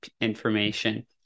information